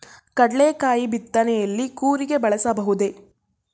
ಕಡ್ಲೆಕಾಯಿ ಬಿತ್ತನೆಯಲ್ಲಿ ಕೂರಿಗೆ ಬಳಸಬಹುದೇ?